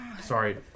Sorry